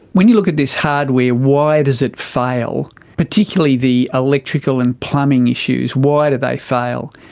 when you look at this hardware, why does it fail, particularly the electrical and plumbing issues, why do they fail?